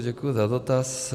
Děkuji za dotaz.